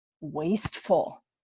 wasteful